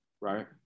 right